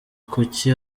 kuki